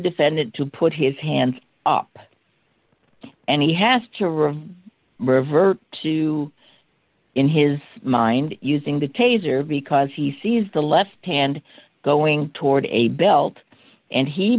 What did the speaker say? defendant to put his hands up and he has to room revert to in his mind using the taser because he sees the left hand going toward a belt and he